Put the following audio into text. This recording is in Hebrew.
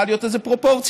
צריכה להיות איזו פרופורציה.